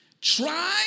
try